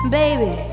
baby